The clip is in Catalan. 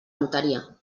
notaria